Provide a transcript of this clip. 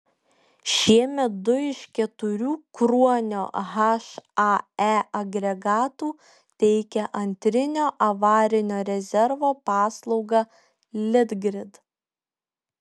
šiemet du iš keturių kruonio hae agregatų teikia antrinio avarinio rezervo paslaugą litgrid